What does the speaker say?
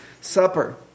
Supper